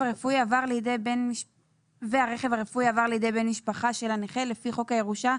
הרפואי עבר לידי בן משפחה של הנכה לפי חוק הירושה,